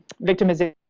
victimization